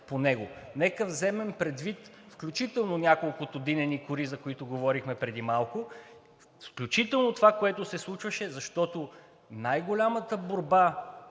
Нека да вземем предвид включително няколкото „динени кори“, за които говорихме преди малко, включително това, което се случваше, защото най-голямата борба